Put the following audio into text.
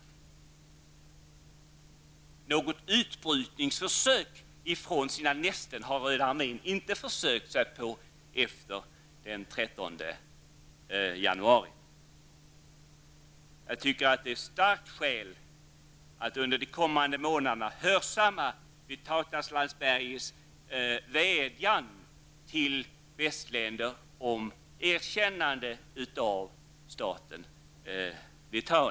Något utbrytningsförsök från sina nästen har Röda armén inte försökt sig på efter den 13 januari. Jag tycker att det finns starka skäl att under de kommande månaderna hörsamma Vytautas Landsbergis vädjan till västländer om erkännande av staten Litauen.